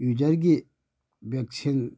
ꯌꯨꯖꯔꯒꯤ ꯚꯦꯛꯁꯤꯟ